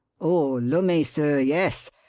oh, lummy, sir, yes!